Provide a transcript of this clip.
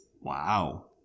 Wow